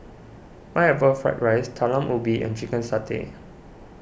Pineapple Fried Rice Talam Ubi and Chicken Satay